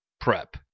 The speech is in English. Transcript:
prep